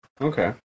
Okay